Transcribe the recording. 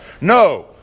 No